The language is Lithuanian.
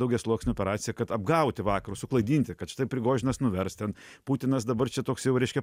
daugiasluoksne operacija kad apgauti vakarus suklaidinti kad štai prigožinas nuvers ten putinas dabar čia toks jau reiškia